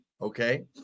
Okay